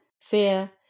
fear